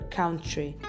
country